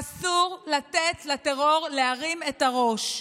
אסור לתת לטרור להרים את הראש.